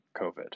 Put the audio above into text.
COVID